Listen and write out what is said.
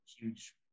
huge